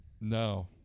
No